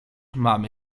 mamy